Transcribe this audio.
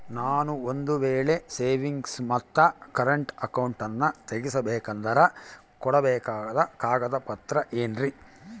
ನಾನು ಒಂದು ವೇಳೆ ಸೇವಿಂಗ್ಸ್ ಮತ್ತ ಕರೆಂಟ್ ಅಕೌಂಟನ್ನ ತೆಗಿಸಬೇಕಂದರ ಕೊಡಬೇಕಾದ ಕಾಗದ ಪತ್ರ ಏನ್ರಿ?